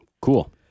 Cool